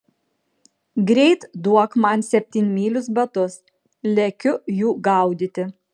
greit duok man septynmylius batus lekiu jų gaudyti